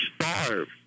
starve